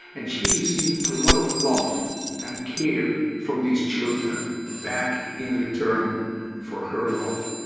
and she received a lot of love and care from these children back in return for her love.